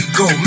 go